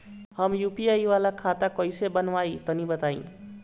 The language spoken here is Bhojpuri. हम यू.पी.आई वाला खाता कइसे बनवाई तनि बताई?